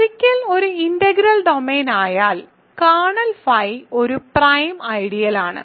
ഒരിക്കൽ അത് ഒരു ഇന്റഗ്രൽ ഡൊമെയ്ൻ ആയാൽ കേർണൽ ഫൈ ഒരു പ്രൈം ഐഡിയലാണ്